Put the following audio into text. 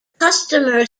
customer